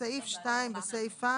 בסעיף 2 בסיפא